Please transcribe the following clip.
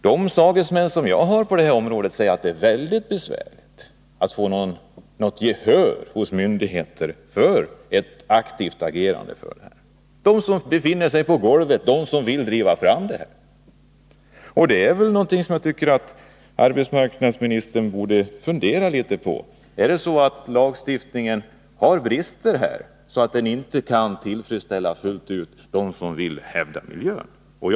De sagesmän jag har på detta område säger att det är mycket besvärligt att få något gehör från myndigheter för ett aktivt agerande på denna punkt. De som befinner sig på golvet och vill driva fram åtgärder har svårigheter. Jag tycker att arbetsmarknadsministern borde fundera litet över detta: Är det så att lagstiftningen har brister, så att den inte fullt ut kan tillfredsställa dem som vill hävda miljöintressena?